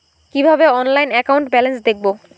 কিভাবে অনলাইনে account balance দেখবো?